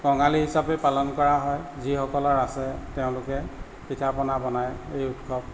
কঙালী হিচাপে পালন কৰা হয় যিসকলৰ আছে তেওঁলোকে পিঠা পনা বনাই এই উৎসৱ